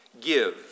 Give